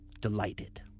Delighted